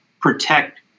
protect